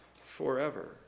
forever